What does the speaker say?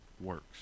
works